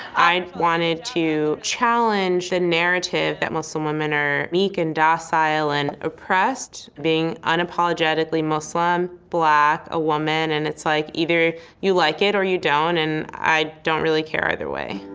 i wanted to challenge the narrative that muslim women are meek and docile and oppressed. being unapologetically muslim, black, a woman, and, it's like, either you like it or you don't and i don't really care either way.